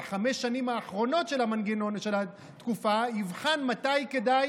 בחמש שנים האחרונות של המנגנון של התקופה יבחן מתי כדאי